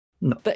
No